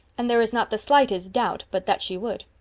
and there is not the slightest doubt but that she would.